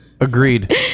Agreed